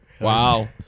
wow